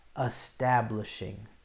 establishing